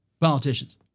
politicians